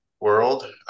world